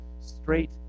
straight